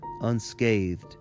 unscathed